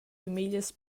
famiglias